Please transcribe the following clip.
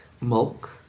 milk